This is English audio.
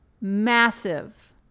Massive